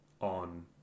on